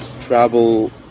travel